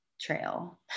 trail